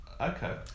Okay